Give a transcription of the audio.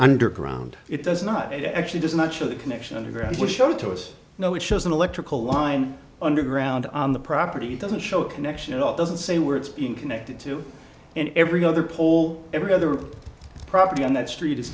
underground it does not actually does not show the connection underground was shown to us no it shows an electrical line underground on the property doesn't show a connection at all it doesn't say where it's being connected to and every other pole every other property on that street is